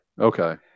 Okay